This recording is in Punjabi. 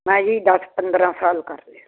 ਮੈਂ ਜੀ ਦਸ ਪੰਦਰਾਂ ਸਾਲ ਕਰ ਲਿਆ